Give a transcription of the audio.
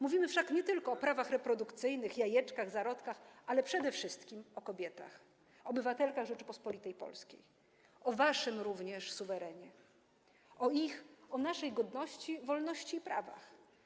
Mówimy wszak nie tylko o prawach reprodukcyjnych, jajeczkach, zarodkach, ale przede wszystkim o kobietach, obywatelkach Rzeczypospolitej Polskiej, o waszym również suwerenie, o ich, o naszej godności, wolności i prawach.